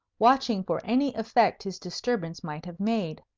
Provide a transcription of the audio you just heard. watching for any effect his disturbance might have made.